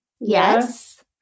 yes